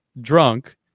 drunk